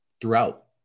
throughout